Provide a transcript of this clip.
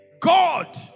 God